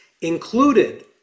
included